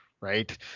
right